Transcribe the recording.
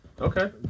Okay